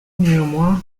néanmoins